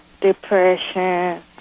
depression